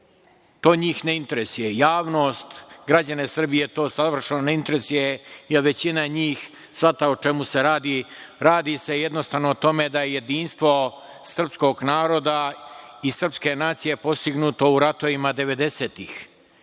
To njih ne interesuje. Javnost, građane Srbije to savršeno ne interesuje jer većina njih shvata o čemu se radi. Radi se jednostavno o tome da je jedinstvo srpskog naroda i srpske nacije postignuto u ratovima